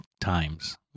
times